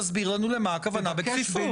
תסביר לנו מה הכוונה בכפיפות?